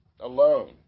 alone